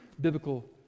biblical